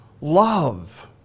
love